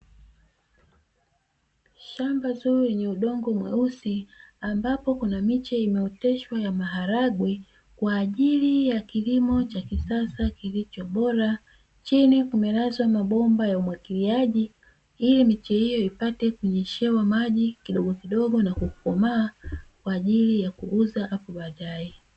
Shamba zuri lenye udongo mweusi, ambapo kuna miche imeoteshwa ya maharagwe kwa ajili ya kilimo cha kisasa kilicho bora, chini kumelazwa mabomba ya umwagiliaji ili miche hiyo ipate kunyeshewa maji kidogokidogo na kukomaa kwa ajili ya kuuza hapo baadaye.